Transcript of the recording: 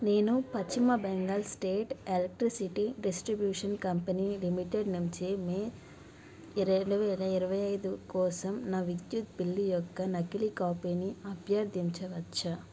నేను Paschim Bengal state electricity distribution company limited నుంచి May రెండు వేల ఇరవై ఐదు కోసం నా విద్యుత్ బిల్లు యొక్క నకిలీ కాపీని అభ్యర్థించవచ్చా